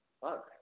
fuck